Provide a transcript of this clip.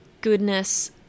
goodness